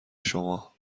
شما